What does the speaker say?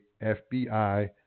FBI